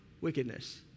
wickedness